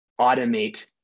automate